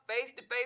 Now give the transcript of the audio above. face-to-face